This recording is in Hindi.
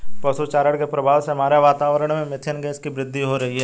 पशु चारण के प्रभाव से हमारे वातावरण में मेथेन गैस की वृद्धि हो रही है